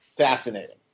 Fascinating